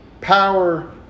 Power